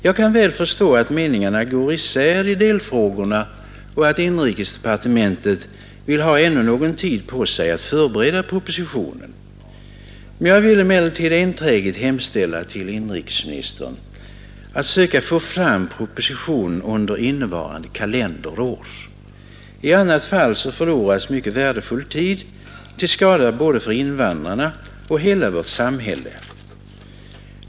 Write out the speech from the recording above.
Jag kan väl förstå att meningarna går isär i delfrågorna och att inrikesdepartementet vill ha ännu någon tid på sig att förbereda propositionen. Jag vill emellertid enträget hemställa till inrikesministern att söka få fram proposition under innevarande kalenderår. I annat fall förloras mycket värdefull tid till skada både för invandrarna och hela vårt samhälle.